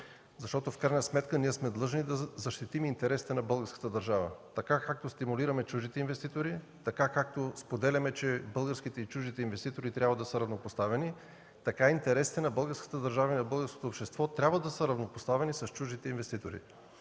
съюз. В крайна сметка ние сме длъжни да защитим интересите на българската държава – както стимулираме чуждите инвеститори, както споделяме, че българските и чуждите инвеститори трябва да са равнопоставени, така интересите на българската държава и на българското общество трябва да са равнопоставени с чуждите инвеститори.